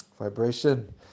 vibration